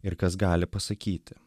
ir kas gali pasakyti